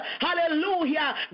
hallelujah